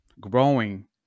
growing